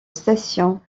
station